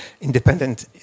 independent